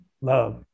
love